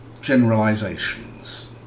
generalizations